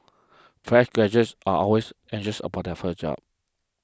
fresh graduates are always anxious about their first job